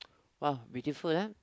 !wow! beautiful ah